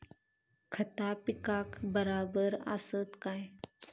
खता पिकाक बराबर आसत काय?